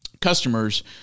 customers